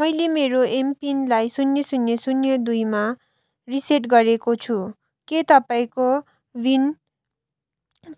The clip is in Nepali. मैले मेरो एमपिनलाई शून्य शून्य शून्य दुईमा रिसेट गरेको छु के तपाईँँ को विन